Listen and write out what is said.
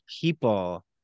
people